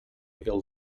ele